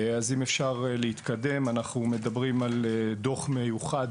אנחנו מדברים על דו"ח מיוחד,